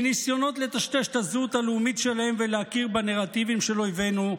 מניסיונות לטשטש את הזהות הלאומית שלהם ולהכיר בנרטיבים של אויבינו,